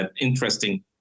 interesting